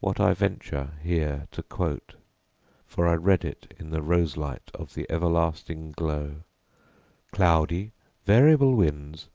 what i venture here to quote for i read it in the rose-light of the everlasting glow cloudy variable winds,